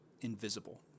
invisible